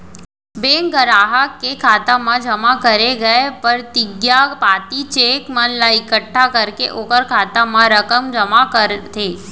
bank गराहक के खाता म जमा करे गय परतिगिया पाती, चेक मन ला एकट्ठा करके ओकर खाता म रकम जमा करथे